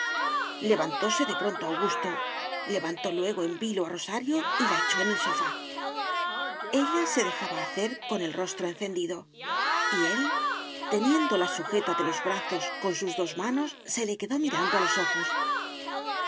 levantóse de pronto augusto levantó luego en vilo a rosario y la echó en el sofá ella se dejaba hacer con el rostro encendido y él teniéndola sujeta de los brazos con sus dos manos se le quedó mirando a los ojos